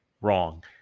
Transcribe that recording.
wrong